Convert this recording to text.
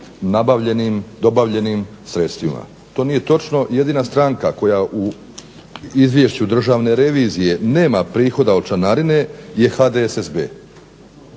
nabavljenim, dobavljenim sredstvima. To nije točno, jedina stranka koja u izvješću državne revizije nema prihoda od članarine je HDSSB,